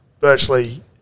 Virtually